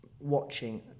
watching